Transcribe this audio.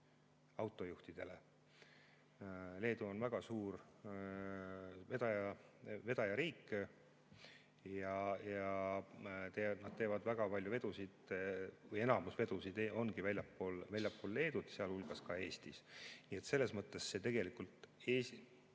autojuhtidega. Leedu on väga suur vedaja. Ma tean, et nad teevad väga palju vedusid või enamiku vedusid väljaspool Leedut, sealhulgas Eestis. Selles mõttes see tegelikult,